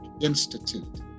Institute